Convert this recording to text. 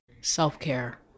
self-care